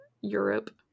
Europe